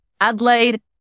Adelaide